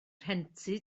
rhentu